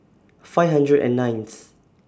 five hundred and nineth